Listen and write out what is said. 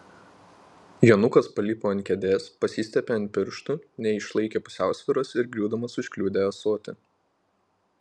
jonukas palipo ant kėdės pasistiepė ant pirštų neišlaikė pusiausvyros ir griūdamas užkliudė ąsotį